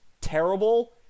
terrible –